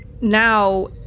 Now